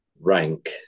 rank